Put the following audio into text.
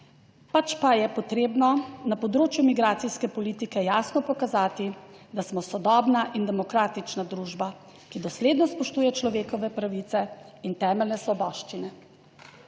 pač pa je potrebno na področju migracijske politike jasno pokazati, da smo sodobna in demokratična družba, ki dosledno spoštuje človekove pravice in temeljne svoboščine